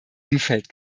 umfeld